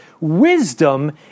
wisdom